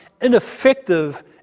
ineffective